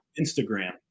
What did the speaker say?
Instagram